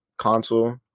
console